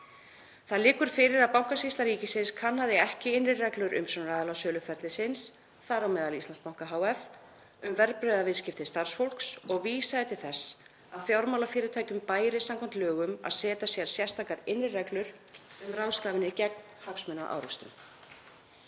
Það liggur fyrir að Bankasýsla ríkisins kannaði ekki innri reglur umsjónaraðila söluferlisins, þar á meðal Íslandsbanka hf., um verðbréfaviðskipti starfsfólks og vísaði til þess að fjármálafyrirtækjum bæri samkvæmt lögum að setja sér sérstakar innri reglur um ráðstafanir gegn hagsmunaárekstrum.